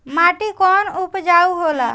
माटी कौन उपजाऊ होला?